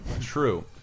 True